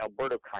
Alberto